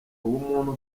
ubumuntu